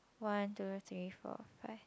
one two three four five